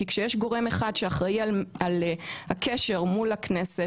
כי כשיש גורם אחד שאחראי על הקשר מול הכנסת